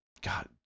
God